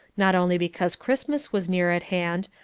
not only because christmas was near at hand,